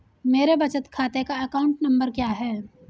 मेरे बचत खाते का अकाउंट नंबर क्या है?